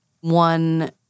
One